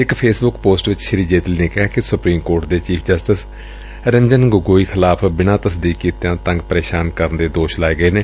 ਇਕ Facebook post ਵਿਚ ਸ੍ਰੀ ਜੇਤਲੀ ਨੇ ਕਿਹਾ ਕਿ ਸੁਪਰੀਮ ਕੋਰਟ ਦੇ ਚੀਫ਼ ਜਸਟਿਸ ਰੰਜਨ ਗੋਗੋਈ ਖਿਲਾਫ਼ ਬਿਨਾਂ ਤਸਦੀਕ ਕੀਤਿਆਂ ਤੰਗ ਪ੍ਰੇਸ਼ਾਨ ਕਰਨ ਦੇ ਦੋਸ਼ ਲਾਏ ਗਏ ਨੇ